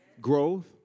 growth